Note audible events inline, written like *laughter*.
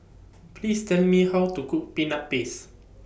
*noise* Please Tell Me How to Cook Peanut Paste